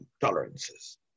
tolerances